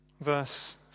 Verse